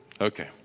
Okay